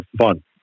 fun